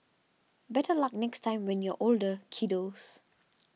better luck next time when you're older kiddos